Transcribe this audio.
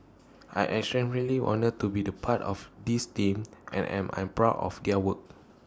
I'm extremely honoured to be the part of this team and am an proud of their work